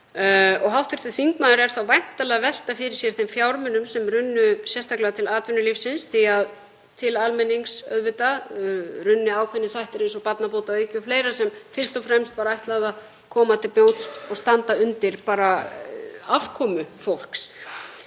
Hv. þingmaður er þá væntanlega að velta fyrir sér þeim fjármunum sem runnu sérstaklega til atvinnulífsins því að til almennings runnu ákveðnir þættir eins og barnabótaauki og fleira sem fyrst og fremst var ætlað að koma til móts við og standa undir afkomu fólks.